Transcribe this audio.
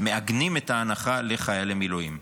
מעגנים את ההנחה לחיילי מילואים.